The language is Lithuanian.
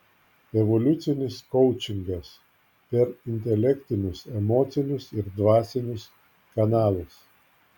evoliucinis koučingas per intelektinius emocinius ir dvasinius kanalus